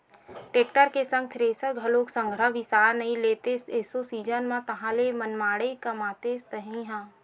tractor के संग thresher घलोक संघरा बिसा नइ लेतेस एसो सीजन म ताहले मनमाड़े कमातेस तही ह